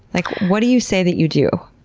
like, what do you say that you do?